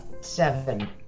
seven